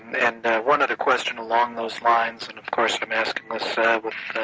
and one other question along those lines, and of course i'm asking with